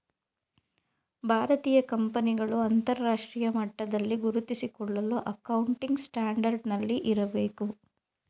ಭಾರತೀಯ ಕಂಪನಿಗಳು ಅಂತರರಾಷ್ಟ್ರೀಯ ಮಟ್ಟದಲ್ಲಿ ಗುರುತಿಸಿಕೊಳ್ಳಲು ಅಕೌಂಟಿಂಗ್ ಸ್ಟ್ಯಾಂಡರ್ಡ್ ನಲ್ಲಿ ಇರಬೇಕು